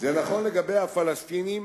זה נכון לגבי הפלסטינים